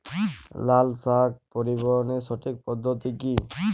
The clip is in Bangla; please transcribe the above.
লালশাক পরিবহনের সঠিক পদ্ধতি কি?